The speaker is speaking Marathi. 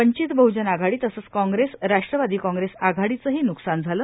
वंचित बह्जन आघाडी तसंच काँग्रेस राष्ट्रवादी काँग्रेस आघाडीचंही न्कसान झालं